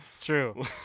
true